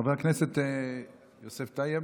חבר הכנסת יוסף טייב,